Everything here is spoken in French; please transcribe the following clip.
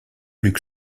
luc